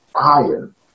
Iron